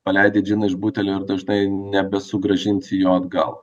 paleidi džiną iš butelio ir dažnai nebesugrąžinsi jo atgal